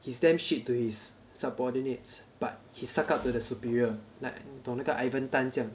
it's damn shit to his subordinates but he suck up to the superior like 你懂那个 ivan tan 这样